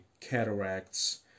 cataracts